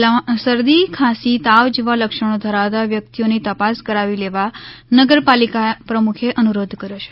જિલ્લામાં શરદી ખાંસી તાવ જેવા લક્ષણો ધરાવતાં વ્યક્તિઓને તપાસ કરાવી લેવા નગરપાલિકા પ્રમુખે અનુરોધ કર્યો છે